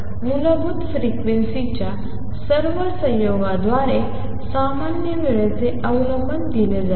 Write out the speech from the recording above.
तर मूलभूत फ्रिक्वेन्सीच्या या सर्व संयोगांद्वारे सामान्य वेळेचे अवलंबन दिले जाईल